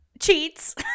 cheats